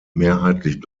mehrheitlich